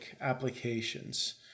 applications